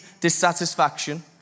dissatisfaction